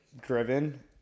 driven